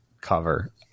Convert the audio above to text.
cover